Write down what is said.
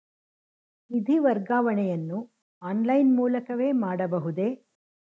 ನಿಧಿ ವರ್ಗಾವಣೆಯನ್ನು ಆನ್ಲೈನ್ ಮೂಲಕವೇ ಮಾಡಬಹುದೇ?